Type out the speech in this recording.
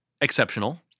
exceptional